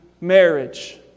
marriage